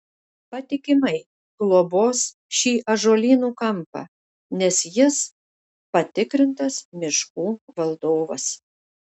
patikimai globos šį ąžuolynų kampą nes jis patikrintas miškų valdovas